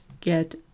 get